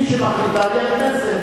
מי שמחליטה זה הכנסת.